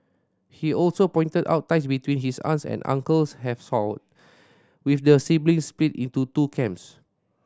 he also pointed out ties between his aunts and uncles have soured with the siblings split into two camps